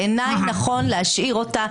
בעיניי נכון להשאיר אותה.